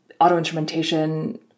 auto-instrumentation